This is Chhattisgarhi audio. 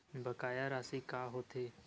बकाया राशि का होथे?